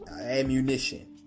ammunition